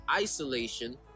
isolation